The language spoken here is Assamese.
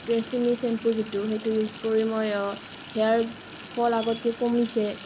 ট্ৰেছমী চেম্পু যিটো সেইটো ইউজ কৰি মই হেয়াৰ ফল আগতকৈ কমিছে